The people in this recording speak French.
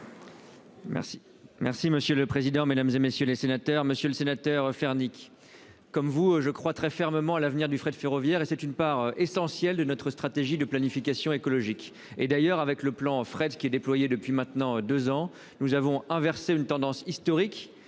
Merci, merci monsieur le président, Mesdames, et messieurs les sénateurs, Monsieur le Sénateur faire Nick comme vous je crois très fermement à l'avenir du fret ferroviaire et c'est une part essentielle de notre stratégie de planification écologique et d'ailleurs avec le plan fret qui est déployée depuis maintenant 2 ans, nous avons inversé une tendance historique